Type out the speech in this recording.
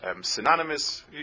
synonymous